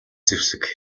зэвсэг